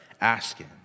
asking